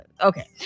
Okay